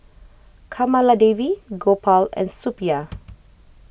Kamaladevi Gopal and Suppiah